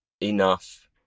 enough